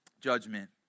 judgment